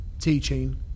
teaching